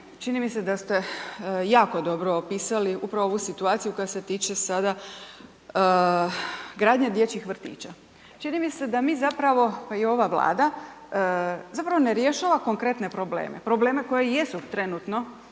čini ste da ste jako dobro opisali upravo ovu situaciju koja se tiče sada gradnje dječjih vrtića. Čini mi se da mi zapravo, pa i ova Vlada zapravo ne rješava konkretne probleme, probleme koji jesu trenutno